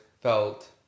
felt